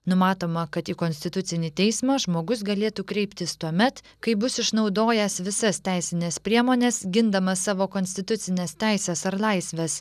numatoma kad į konstitucinį teismą žmogus galėtų kreiptis tuomet kai bus išnaudojęs visas teisines priemones gindamas savo konstitucines teises ar laisves